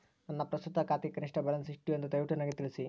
ನನ್ನ ಪ್ರಸ್ತುತ ಖಾತೆಗೆ ಕನಿಷ್ಟ ಬ್ಯಾಲೆನ್ಸ್ ಎಷ್ಟು ಎಂದು ದಯವಿಟ್ಟು ನನಗೆ ತಿಳಿಸಿ